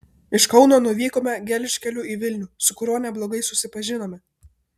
iš kauno nuvykome gelžkeliu į vilnių su kuriuo neblogai susipažinome